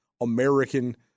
American